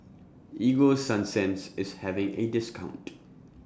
Ego Sunsense IS having A discount